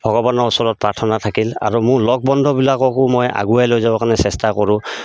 ভগৱানৰ ওচৰত প্ৰাৰ্থনা থাকিল আৰু মোৰ লগ বন্ধবিলাককো মই আগুৱাই লৈ যাব কাৰণে চেষ্টা কৰোঁ